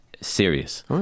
serious